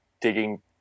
digging